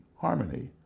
harmony